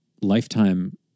lifetime